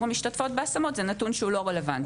המשתתפות בהשמות אז זה נתון שהוא לא רלוונטי.